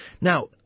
Now